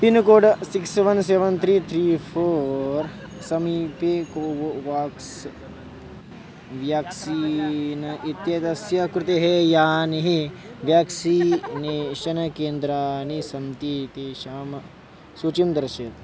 pincode six seven seven three three four समीपे Covovax vaccine इत्येतस्य कृते यानि व्याक्सीनेषन केन्द्राणि सन्ति तेषां सुचीं दर्शयतु